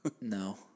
No